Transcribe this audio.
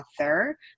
author